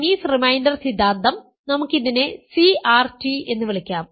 Chinese reminder സിദ്ധാന്തം നമുക്ക് ഇതിനെ CRT എന്ന് വിളിക്കാം